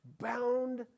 bound